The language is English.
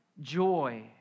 joy